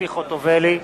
ציפי חוטובלי,